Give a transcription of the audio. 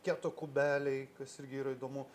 keto kubeliai kas irgi yra įdomu